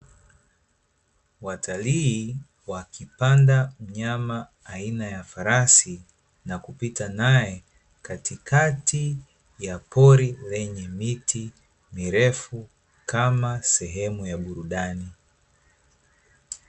Watalii wakipanda mnyama aina ya farasi, na kupita nae katikati ya pori lenye miti mirefu, kama sehemu ya burudani.